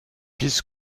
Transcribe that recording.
без